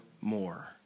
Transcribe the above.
more